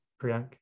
Priyank